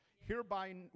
Hereby